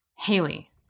Haley